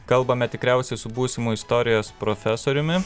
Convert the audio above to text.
kalbame tikriausiai su būsimu istorijos profesoriumi